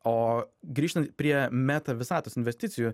o grįžtant prie meta visatos investicijų